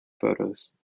photos